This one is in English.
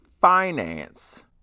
Finance